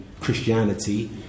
Christianity